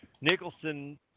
Nicholson